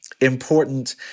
important